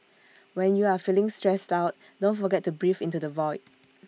when you are feeling stressed out don't forget to breathe into the void